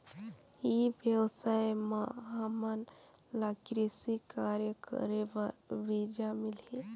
ई व्यवसाय म हामन ला कृषि कार्य करे बर बीजा मिलही?